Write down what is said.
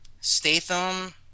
Statham